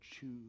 choose